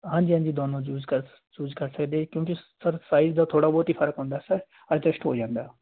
ਹਾਂਜੀ ਹਾਂਜੀ ਦੋਨੋਂ ਚੂਜ਼ ਕਰ ਚੂਜ਼ ਕਰ ਸਕਦੇ ਕਿਉਂਕਿ ਸਰ ਸਾਈਜ਼ ਦਾ ਥੋੜ੍ਹਾ ਬਹੁਤ ਈ ਫਰਕ ਹੁੰਦਾ ਸਰ ਅਡਜਸਟ ਹੋ ਜਾਂਦਾ